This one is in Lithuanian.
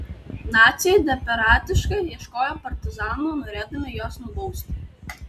naciai desperatiškai ieškojo partizanų norėdami juos nubausti